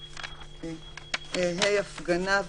(ה)הפגנה,